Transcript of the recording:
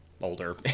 older